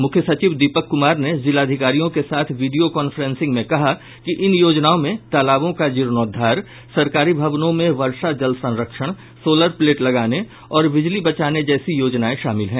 मुख्य सचिव दीपक कुमार ने जिलाधिकारियों के साथ वीडियो कांफ्रेंसिंग में कहा कि इन योजनाओं में तालाबों का जीर्णोंद्वार सरकारी भवनों में वर्षा जल संरक्षण सोलर प्लेट लगाने और बिजली बचाने जैसी योजनाएं शामिल हैं